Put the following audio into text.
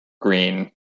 green